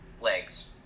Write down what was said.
legs